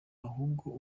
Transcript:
ahubwo